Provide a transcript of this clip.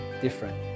different